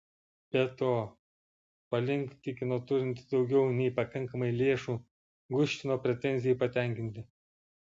be to palink tikino turinti daugiau nei pakankamai lėšų guščino pretenzijai patenkinti